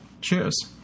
Cheers